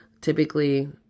typically